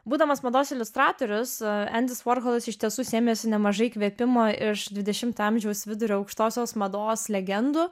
būdamas mados iliustratorius endis vorholas iš tiesų sėmėsi nemažai įkvėpimo iš dvidešimto amžiaus vidurio aukštosios mados legendų